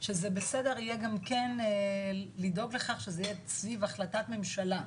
שזה בסדר יהיה גם כן לדאוג לכך שזה יהיה סביב החלטת ממשלה.